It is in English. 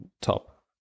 top